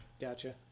Gotcha